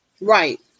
Right